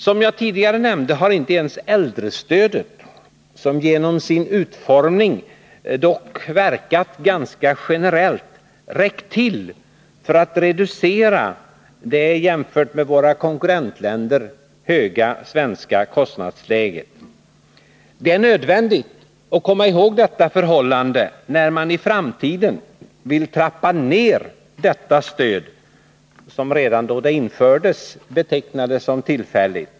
Som jag tidigare nämnde har inte ens äldrestödet — som genom sin utformning dock verkat ganska generellt — räckt till för att reducera det jämfört med situationen i våra konkurrentländer höga svenska kostnadsläget. Det är nödvändigt att komma ihåg det förhållandet när man i framtiden vill trappa ned detta stöd, som redan då det infördes betecknades som tillfälligt.